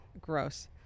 Gross